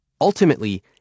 Ultimately